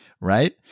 right